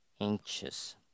anxious